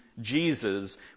Jesus